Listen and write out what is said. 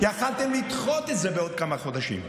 יכולתם לדחות את זה בעוד כמה חודשים ולהגיד: